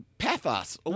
Pathos